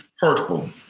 hurtful